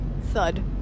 Thud